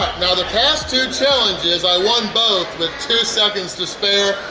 now the past two challenges i won both with two seconds to spare!